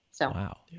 Wow